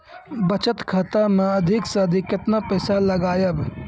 बचत खाता मे अधिक से अधिक केतना पैसा लगाय ब?